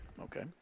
Okay